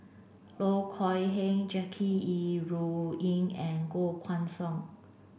Loh Kok Heng Jackie Yi Ru Ying and Koh Guan Song